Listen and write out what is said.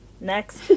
Next